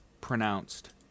pronounced